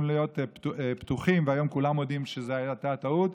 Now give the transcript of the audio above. להיות פתוחים והיום כולם מודים שזו הייתה טעות,